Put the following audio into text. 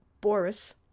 Boris